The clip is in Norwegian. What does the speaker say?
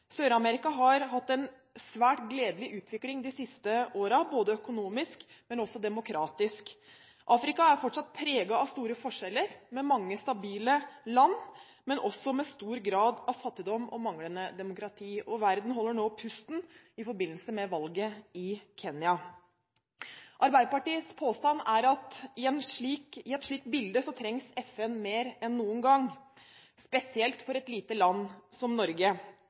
har hatt en svært gledelig utvikling de siste årene, både økonomisk og demokratisk. Afrika er fortsatt preget av store forskjeller, med mange stabile land, men også med stor grad av fattigdom og manglende demokrati, og verden holder nå pusten i forbindelse med valget i Kenya. Arbeiderpartiets påstand er at i et slikt bilde trengs FN mer enn noen gang, spesielt for et lite land som Norge.